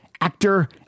actor